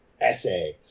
essay